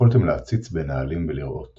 יכלתם להציץ בין העלים ולראות —